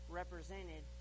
represented